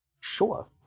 sure